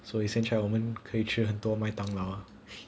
so 现在我们可以吃很多麦当劳 ah